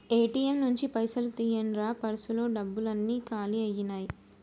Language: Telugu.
ఏ.టి.యం నుంచి పైసలు తీయండ్రా పర్సులో డబ్బులన్నీ కాలి అయ్యినాయి